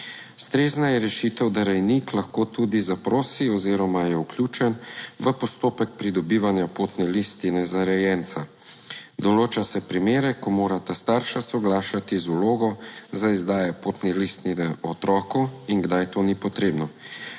Ustrezna je rešitev, da rejnik lahko tudi zaprosi oziroma je vključen v postopek pridobivanja potne listine za rejenca. Določa se primere, ko morata starša soglašati z vlogo za izdajo potne listine o otroku in kdaj to ni potrebno.